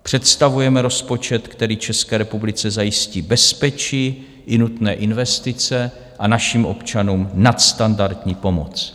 Představujeme rozpočet, který České republice zajistí bezpečí i nutné investice a našim občanům nadstandardní pomoc.